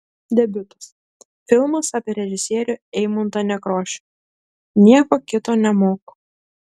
debiutas filmas apie režisierių eimuntą nekrošių nieko kito nemoku